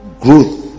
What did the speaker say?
growth